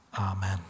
Amen